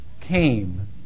came